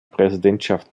präsidentschaft